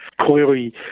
Clearly